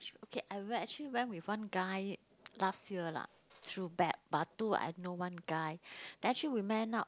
okay I will actually went with one guy last year lah through that I know one guy then actually we met up